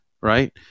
right